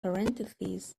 parentheses